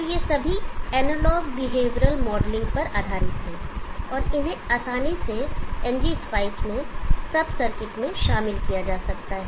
तो ये सभी एनालॉग बिहेवियरल मॉडलिंग पर आधारित हैं और इन्हें आसानी से ngspice में सब सर्किट में शामिल किया जा सकता है